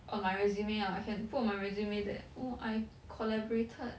on my resume orh I can put on my resume that oh I collaborated